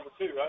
right